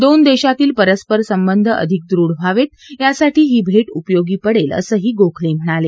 दोन देशातील परस्पर संबंध अधिक दृढ व्हावेत यासाठी ही भेट उपयोगी पडेल असंही गोखले म्हणाले